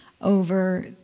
over